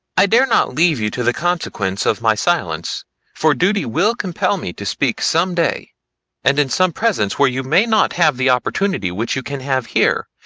i dare not leave you to the consequence of my silence for duty will compel me to speak some day and in some presence where you may not have the opportunity which you can have here,